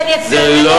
שאני אצביע נגד זה,